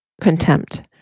Contempt